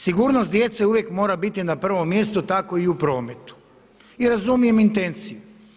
Sigurnost djece uvijek mora biti na prvom mjestu tako i u prometu i razumijem intenciju.